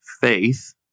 faith